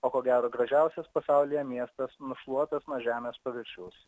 o ko gero gražiausias pasaulyje miestas nušluotas nuo žemės paviršiaus